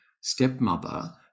stepmother